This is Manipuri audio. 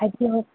ꯍꯥꯏꯕꯤꯌꯣ